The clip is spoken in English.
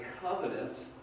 covenants